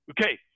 Okay